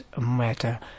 matter